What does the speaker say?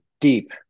deep